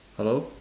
hello